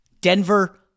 Denver